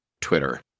Twitter